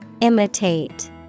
Imitate